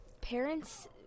parents